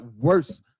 worse